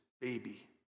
baby